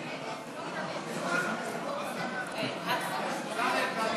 סרסרות), התשע"ה 2015,